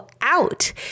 out